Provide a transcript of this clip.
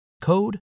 code